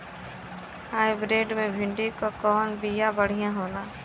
Hybrid मे भिंडी क कवन बिया बढ़ियां होला?